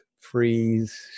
freeze